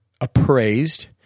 appraised